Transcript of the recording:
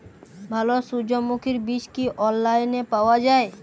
ভালো সূর্যমুখির বীজ কি অনলাইনে পাওয়া যায়?